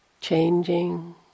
changing